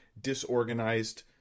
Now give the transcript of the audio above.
disorganized